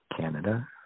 Canada